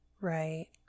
right